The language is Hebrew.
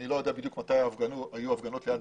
אני לא יודע בדיוק מתי היו ההפגנות ליד הבית שלך.